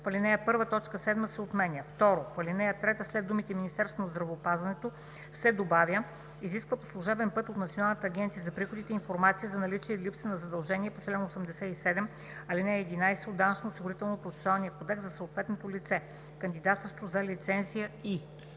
В ал. 1 т. 7 се отменя. 2. В ал. 3 след думите „Министерството на здравеопазването“ се добавя „изисква по служебен път от Националната агенция за приходите информация за наличие или липса на задължения по чл. 87, ал. 11 от Данъчно-осигурителния процесуален кодекс за съответното лице, кандидатстващо за лицензия и”.